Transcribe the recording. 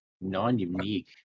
Non-unique